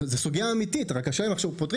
אני חושב